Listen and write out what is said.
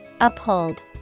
Uphold